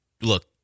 look